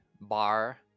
bar